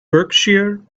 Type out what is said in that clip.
berkshire